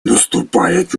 наступает